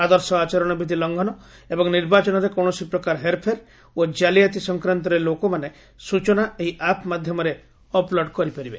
ଆଦର୍ଶ ଆଚରଣବିଧି ଲଙ୍ଘନ ଏବଂ ନିର୍ବାଚନରେ କୌଣସି ପ୍ରକାର ହେର୍ଫେର୍ ଓ କାଲିଆତି ସଂକ୍ରାନ୍ତରେ ଲୋକମାନେ ସୂଚନା ଏହି ଆପ୍ ମାଧ୍ୟମରେ ଅପ୍ଲୋଡ୍ କରିପାରିବେ